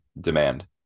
demand